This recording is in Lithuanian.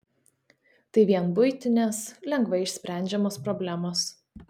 tai vien buitinės lengvai išsprendžiamos problemos